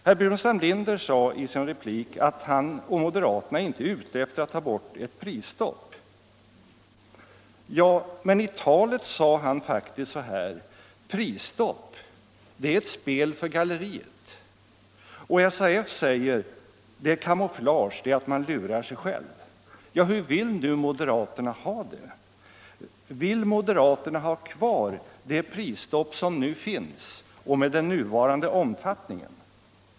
Herr Burenstam Linder sade i sin replik att han och moderaterna inte är ute efter att ta bort ett prisstopp. Men i sitt huvudanförande sade han faktiskt så här: Prisstopp är ett spel för galleriet, det är ett camouflage, det är att man lurar sig själv. Hur vill nu moderaterna ha det? Vill ni ha kvar det prisstopp som nu finns och med den nuvarande omfattningen?